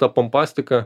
ta pompastika